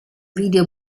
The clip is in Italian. video